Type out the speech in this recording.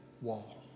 wall